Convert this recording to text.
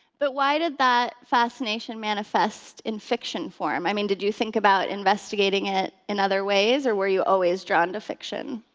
but why did that fascination manifest in fiction form? i mean, did you think about investigating it in other ways, or were you always drawn to fiction?